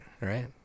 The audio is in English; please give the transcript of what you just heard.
right